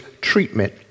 treatment